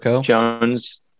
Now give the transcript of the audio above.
Jones